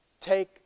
take